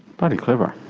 bloody clever.